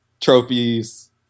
trophies